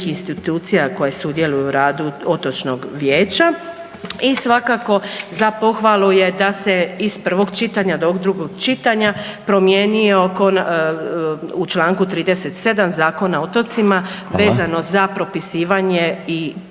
institucija koje sudjeluju u radu Otočnog vijeća. I svakako za pohvalu je da se iz prvog čitanja do ovog drugog čitanja promijenio u čl. 37. Zakona o otocima vezano za …/Upadica